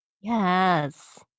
Yes